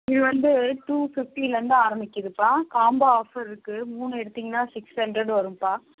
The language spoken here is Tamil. இது வந்து டூ ஃபிஃப்டிலேருந்து ஆரம்பிக்கிதுப்பா காம்போ ஆஃபர் இருக்குது மூணு எடுத்திங்கன்னா சிக்ஸ் ஹண்ட்ரட் வரும்ப்பா